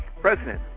president